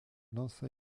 lança